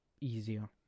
easier